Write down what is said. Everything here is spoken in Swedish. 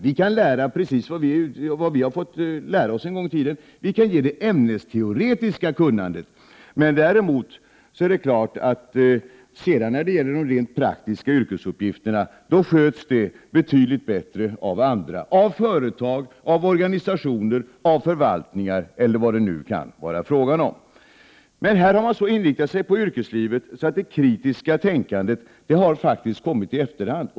Vi kan lära ut precis vad vi har fått lära oss en gång i tiden, och vi kan ge det ämnesteoretiska kunnandet, men de rent praktiska yrkesuppgifterna sköts betydligt bättre av andra, som företag, organisationer, förvaltningar eller vad det kan vara fråga om. Här har dock inriktningen på yrkeslivet varit så stark att det kritiska tänkandet har kommit i efterhand.